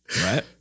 right